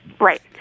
right